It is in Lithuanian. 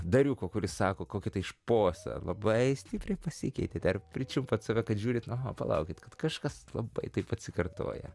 dariuko kuris sako kokį tai šposą labai stipriai pasikeitėt ar pričiumpat save kad žiūrit aha palaukit kad kažkas labai taip atsikartoja